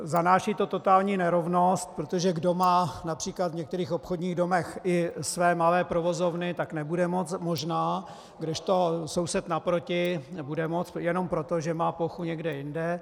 Zanáší to totální nerovnost, protože kdo má například v některých obchodních domech i své malé provozovny, tak nebude moci možná, kdežto soused naproti bude moci jenom proto, že má plochu někde jinde.